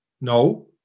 No